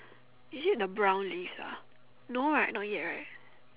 is it the brown leaves ah no right not yet right